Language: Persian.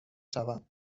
شوم